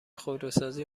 خودروسازی